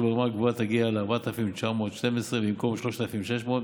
שברמה הגבוהה תגיע ל-4,912 ש"ח במקום 3,600 ש"ח.